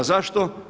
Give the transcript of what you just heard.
Zašto?